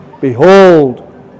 Behold